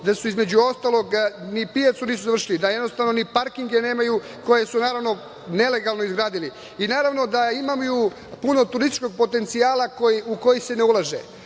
da između ostalog ni pijacu nisu završiji, da jednostavno ni parkinge nemaju, koje su naravno nelegalno izgradili? Naravno da imaju puno turističkog potencijala u koji se ne ulaže. Vrlo